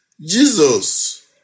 Jesus